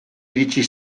iritsi